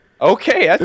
Okay